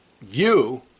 view